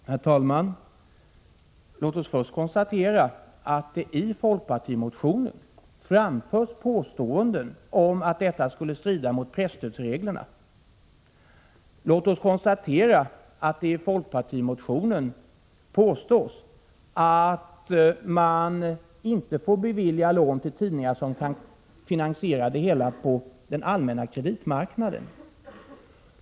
Herr talman! Låt oss först konstatera att det i folkpartimotionen framförs påståenden om att detta skulle strida mot presstödsreglerna. Låt oss konstatera att det i folkpartimotionen påstås att man inte får bevilja lån till tidningar som kan finansiera det hela på den allmänna kreditmarknaden.